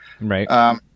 right